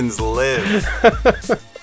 live